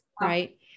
right